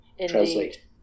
Translate